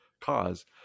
cause